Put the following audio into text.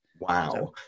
Wow